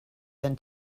than